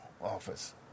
office